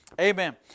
Amen